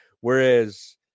whereas